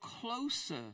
closer